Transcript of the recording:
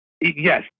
yes